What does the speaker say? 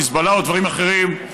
חיזבאללה או דברים אחרים,